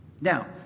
Now